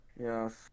Yes